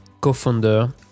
co-founder